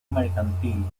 mercantil